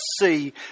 see